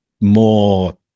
more